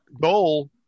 goal